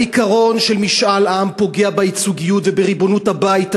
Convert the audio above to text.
העיקרון של משאל עם פוגע בייצוגיות ובריבונות של הבית הזה,